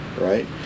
right